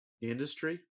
industry